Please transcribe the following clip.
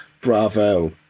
Bravo